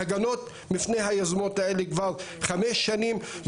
הגנות בפני היוזמות האלה כבר חמש שנים.